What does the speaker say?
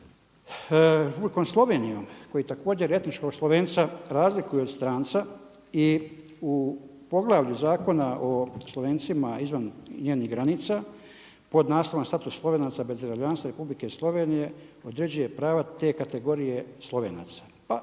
Republikom Slovenijom koji također etničkog Slovenca razlikuje od stranca i u poglavlju Zakona o Slovencima izvan njenih granica pod naslovom „Status Slovenaca bez državljanstva Republike Slovenije određuje prava te kategorije Slovenaca.“.